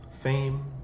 fame